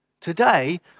Today